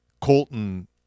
Colton